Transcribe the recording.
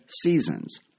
Seasons